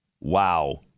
Wow